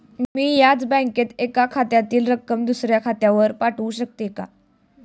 मी याच बँकेत एका खात्यातील रक्कम दुसऱ्या खात्यावर पाठवू शकते का?